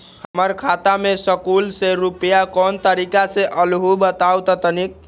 हमर खाता में सकलू से रूपया कोन तारीक के अलऊह बताहु त तनिक?